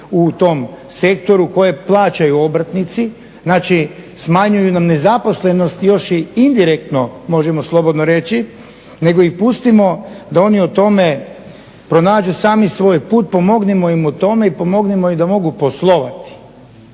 u tom sektoru koje plaćaju obrtnici. Znači smanjuju nam nezaposlenost još i indirektno možemo slobodno reći nego ih pustimo da oni o tome pronađu sami svoj put, pomognimo im u tome i pomognimo im da mogu poslovati.